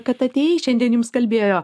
kad atėjai šiandien jums kalbėjo